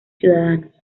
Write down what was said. ciudadanos